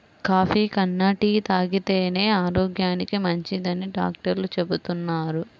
coffee కన్నా tea తాగితేనే ఆరోగ్యానికి మంచిదని డాక్టర్లు చెబుతున్నారు